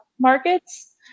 markets